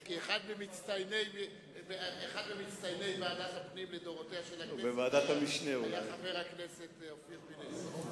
אחד ממצטייני ועדת הפנים לדורותיה של הכנסת היה חבר הכנסת אופיר פינס.